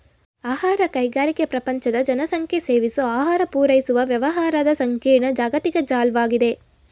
ಆಹಾರ ಕೈಗಾರಿಕೆ ಪ್ರಪಂಚದ ಜನಸಂಖ್ಯೆಸೇವಿಸೋಆಹಾರಪೂರೈಸುವವ್ಯವಹಾರದಸಂಕೀರ್ಣ ಜಾಗತಿಕ ಜಾಲ್ವಾಗಿದೆ